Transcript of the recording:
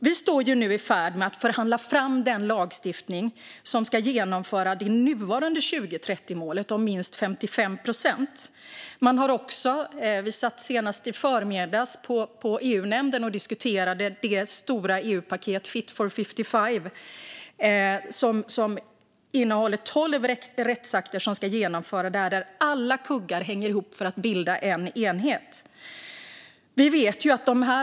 Vi står nu i färd med att förhandla fram den lagstiftning som ska genomföra det nuvarande 2030-målet om minst 55 procent. Vi satt senast i förmiddags i EU-nämnden och diskuterade det stora EU-paket, Fit for 55, som innehåller tolv rättsakter som ska genomföras. Där hänger alla kuggar ihop för att bilda en enhet.